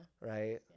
right